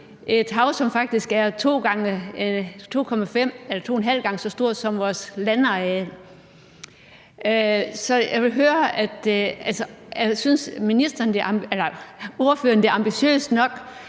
et hav, som faktisk er 2½ gange så stort som vores landareal. Så jeg vil høre, om ordføreren synes,